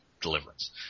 deliverance